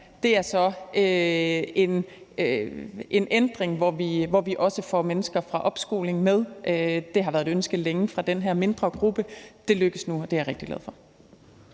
dag, er så en ændring, hvorved vi også får mennesker fra opskoling med. Det har været et ønske længe fra den her mindre gruppe. Det lykkes nu, og det er jeg rigtig glad for.